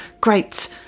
great